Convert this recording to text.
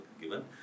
given